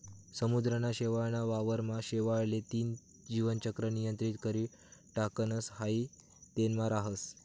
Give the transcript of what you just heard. समुद्रना शेवाळ ना वावर मा शेवाळ ले तेन जीवन चक्र नियंत्रित करी टाकणस हाई तेनमा राहस